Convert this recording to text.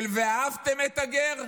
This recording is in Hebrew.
של "ואהבתם את הגר",